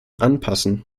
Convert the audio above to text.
anpassen